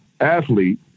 athlete